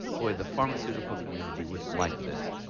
boy, the pharmaceutical community wouldn't like this.